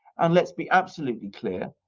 and let's be absolutely clear,